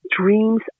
Dreams